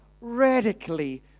radically